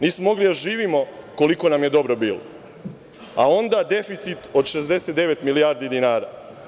Nismo mogli da živimo koliko nam je dobro bilo, a onda deficit od 69 milijardi dinara.